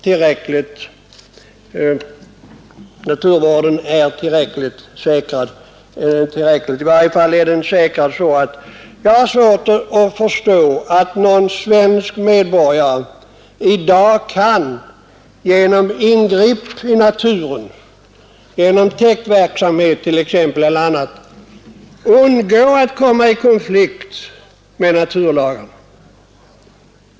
Dessa intressen är tillräckligt garanterade, i varje fall i så stor utsträckning att jag har svårt att förstå att någon svensk medborgare i dag vid ingrepp i naturen t.ex. genom täktverksamhet eller på annat sätt kan undgå att komma i konflikt med naturvårdslagarna.